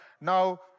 Now